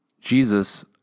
Jesus